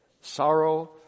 Sorrow